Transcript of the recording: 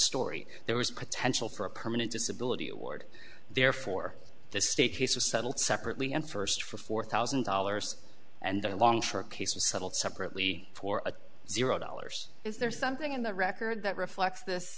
story there was a potential for a permanent disability award therefore the state case was settled separately and first for four thousand dollars and then along for a case of settled separately for a zero dollars is there something in the record that reflects this